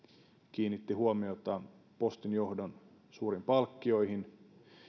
kiinnitti huomiota postin johdon suuriin palkkioihin